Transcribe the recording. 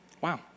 Wow